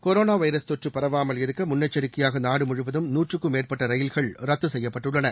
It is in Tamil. கொரோனா வைரஸ் தொற்று பரவாமல் இருக்க முன்னெச்சிக்கையாக நாடு முழுவதும் நூற்றுக்கும் மேற்பட்ட ரயில்கள் ரத்து செய்யப்பட்டுள்ளன